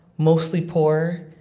mostly poor,